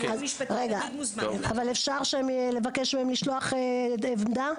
אבל אפשר לבקש מהם לשלוח דף עמדה?